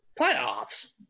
Playoffs